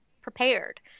prepared